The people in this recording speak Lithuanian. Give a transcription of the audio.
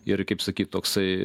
ir kaip sakyt toksai